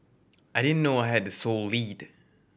I didn't know I had the sole lead